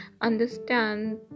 understand